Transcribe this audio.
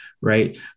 right